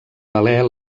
valer